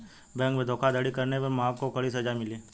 bank धोखाधड़ी करने पर महक को कड़ी सजा मिली